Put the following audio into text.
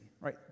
right